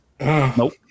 Nope